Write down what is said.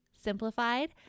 simplified